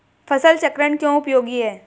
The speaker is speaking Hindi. फसल चक्रण क्यों उपयोगी है?